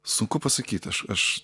sunku pasakyt aš aš